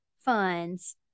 funds